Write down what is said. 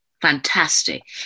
Fantastic